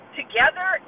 together